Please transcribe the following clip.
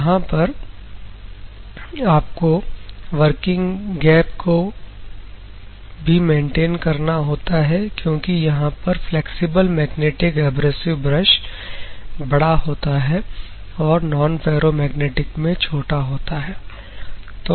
यहां पर आपको वर्किंग गैप भी मेंटेन करना होता है क्योंकि यहां पर फ्लैक्सिबल मैग्नेटिक एब्रेसिव ब्रश बड़ा होता है और नॉन फेरोमैग्नेटिक मैं छोटा होता है